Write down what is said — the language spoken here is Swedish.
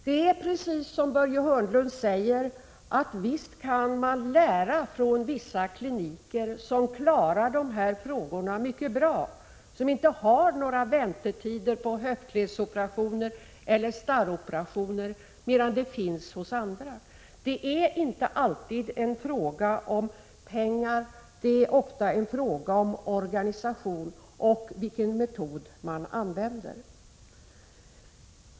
Det är precis som Börje Hörnlund säger. Visst kan man lära av vissa kliniker som klarar de här frågorna mycket bra och som inte har några väntetider på höftledsoperationer eller starroperationer. Det är inte alltid fråga om pengar. Det är ofta fråga om organisation och vilken metod man använder.